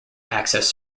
access